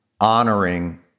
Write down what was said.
honoring